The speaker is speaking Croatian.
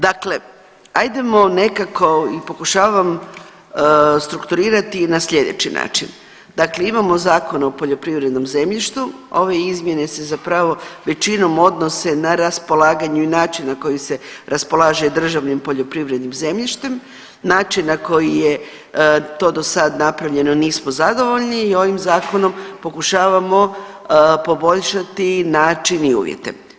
Dakle ajdemo nekako i pokušavam strukturirati na slijedeći način, dakle imamo Zakon o poljoprivrednom zemljištu, ove izmjene se zapravo većinom odnose na raspolaganje i način na koji se raspolaže državnim poljoprivrednim zemljištem, način na koji je to do sad napravljeno nismo zadovoljni i ovim zakonom pokušavamo poboljšati način i uvjete.